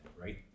right